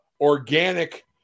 organic